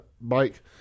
bike